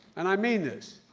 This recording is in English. and i mean this,